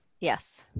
Yes